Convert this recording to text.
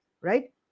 Right